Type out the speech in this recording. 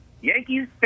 Yankees